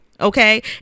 okay